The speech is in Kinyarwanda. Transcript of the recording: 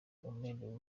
umerewe